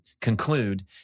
conclude